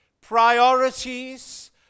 priorities